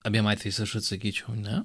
abiem atvejais aš atsakyčiau ne